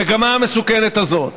המגמה המסוכנת הזאת,